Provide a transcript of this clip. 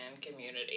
community